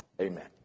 Amen